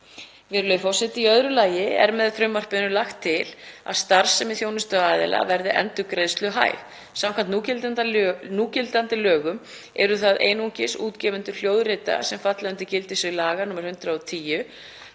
á tónlist. Í öðru lagi er með frumvarpinu lagt til að starfsemi þjónustuaðila verði endurgreiðsluhæf. Samkvæmt núgildandi lögum eru það einungis útgefendur hljóðrita sem falla undir gildissvið laga nr.